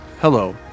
Hello